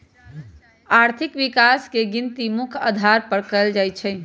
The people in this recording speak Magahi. आर्थिक विकास के गिनती मुख्य अधार पर कएल जाइ छइ